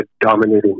dominating